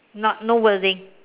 not no wording